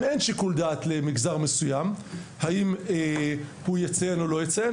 אין שיקול דעת למגזר מסוים האם הוא יציין או לא יציין,